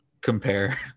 compare